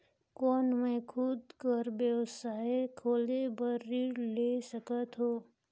कौन मैं खुद कर व्यवसाय खोले बर ऋण ले सकत हो?